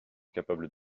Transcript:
capable